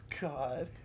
God